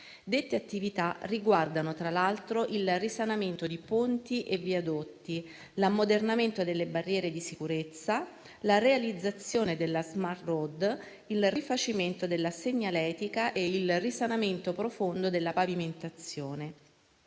Dette attività riguardano, tra l'altro, il risanamento di ponti e viadotti, l'ammodernamento delle barriere di sicurezza, la realizzazione della *smart road*, il rifacimento della segnaletica e il risanamento profondo della pavimentazione.